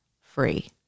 free